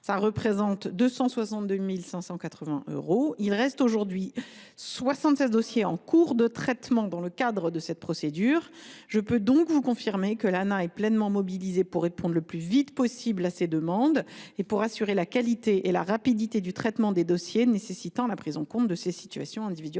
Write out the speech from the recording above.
dossiers, soit 262 580 euros. Il reste aujourd’hui 76 dossiers en cours de traitement dans le cadre de cette procédure. Je vous prie de croire que l’Anah est pleinement mobilisée pour répondre le plus vite possible aux flux des demandes et pour assurer la qualité et la rapidité du traitement des dossiers nécessitant la prise en compte de ces situations individuelles